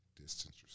distance